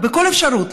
בכל אפשרות.